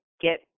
get